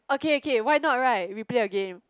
okay okay why not right we play a game